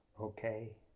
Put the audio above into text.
okay